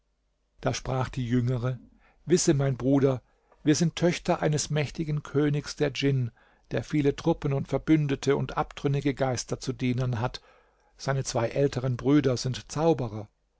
da sprach die jüngere wisse mein bruder wir sind töchter eines mächtigen königs der djinn der viele truppen und verbündete und abtrünnige geister zu dienern hat seine zwei älteren brüder sind zauberer